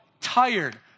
tired